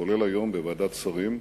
כולל היום בוועדת שרים,